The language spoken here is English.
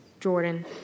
Jordan